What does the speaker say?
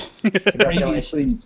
Previously